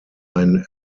ein